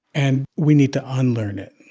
and we need to unlearn it